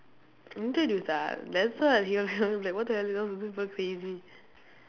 introduce ah that's why he'll like I'm like what the hell you're also super crazy